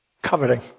coveting